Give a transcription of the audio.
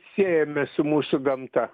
siejome su mūsų gamta